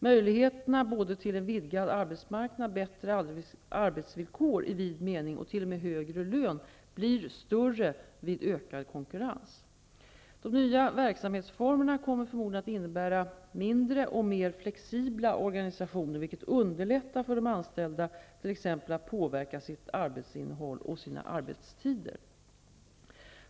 Möjligheterna till en vidgad arbetsmarknad, bättre arbetsvillkor i vid mening och t.o.m. högre lön blir större vid ökad konkurrens. De nya verksamhetsformerna kommer förmodligen att innebära mindre och mer flexibla organisationer, vilket underlättar för de anställda, t.ex. att påverka sitt arbetsinnehåll och sina arbetstider.